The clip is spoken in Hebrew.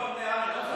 שניים בעד, אחד נגד.